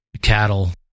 cattle